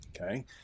Okay